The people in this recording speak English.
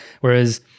whereas